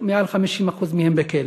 שמעל 50% מהם בכלא,